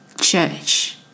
church